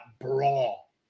brawl